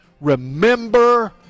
remember